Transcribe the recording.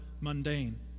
mundane